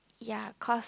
ya cause